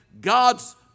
God's